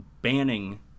banning